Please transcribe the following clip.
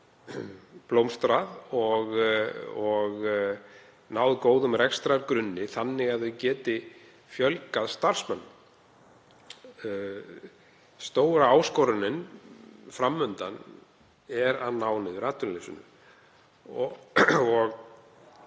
blómstrað og náð góðum rekstrargrunni þannig að þau geti fjölgað starfsmönnum. Stóra áskorunin fram undan er að ná niður atvinnuleysi og